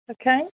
Okay